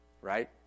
right